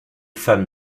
femme